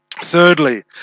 Thirdly